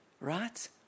Right